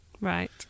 Right